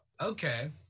Okay